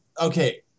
okay